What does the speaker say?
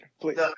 Please